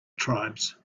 tribes